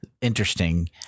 interesting